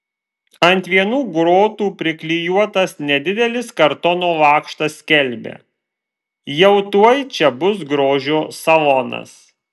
ant vienų grotų priklijuotas nedidelis kartono lakštas skelbia jau tuoj čia bus grožio salonas